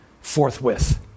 forthwith